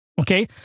Okay